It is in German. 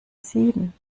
sieben